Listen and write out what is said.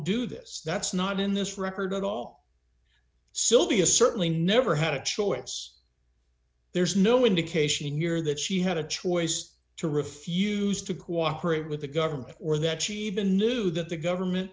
do this that's not in this record at all sylvia certainly never had a choice there's no indication here that she had a choice to refuse to cooperate with the government or that she even knew that the government